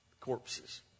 corpses